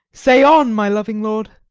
say on, my loving lord.